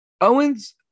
Owens